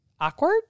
awkward